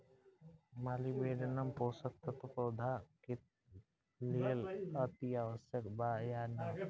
Molybdenum पोषक तत्व पौधा के लेल अतिआवश्यक बा या न?